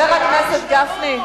ספר תורה